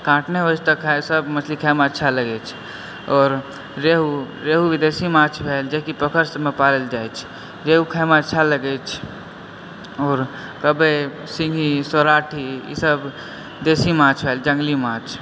काँट नै होइ छै तऽ सब मछली खाइमे अच्छा लगैछ आओर रेहू रेहू विदेशी माछ भेल जे कि पोखरि सबमे पाओल जाइछ रेहू खाइमे अच्छा लगैछ आओर कबै सिङ्गही सौराठी ई सब देसी माछ भेल जङ्गली माछ